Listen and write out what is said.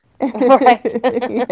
Right